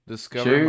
Discover